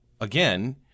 again